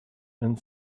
and